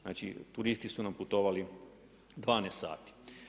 Znači, turisti su nam putovali 12 sati.